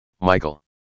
Michael